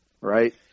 right